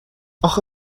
آخه